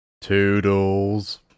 Toodles